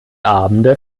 abende